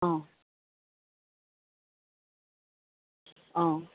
অঁ অঁ